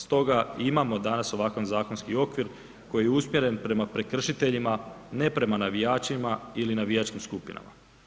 Stoga i imamo danas ovakav zakonski okvir koji je usmjeren prema prekršiteljima, ne prema navijačima ili navijačkim skupinama.